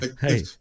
Hey